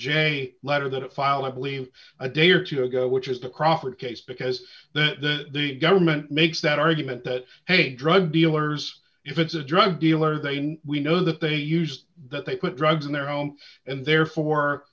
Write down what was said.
j letter that file i believe a day or two ago which is the crawford case because the government makes that argument that hey drug dealers if it's a drug dealer they know we know that they used that they put drugs in their home and therefore